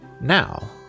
now